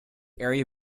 area